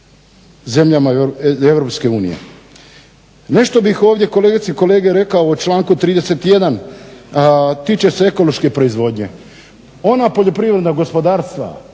zemljama EU. Nešto bih ovdje, kolegice i kolege, rekao o članku 31., a tiče se ekološke proizvodnje. Ona poljoprivredna gospodarstva